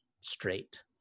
straight